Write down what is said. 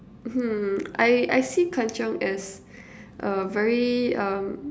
hmm I I see kanchiong as uh very um